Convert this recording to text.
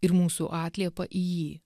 ir mūsų atliepą į jį